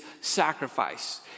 sacrifice